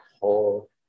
whole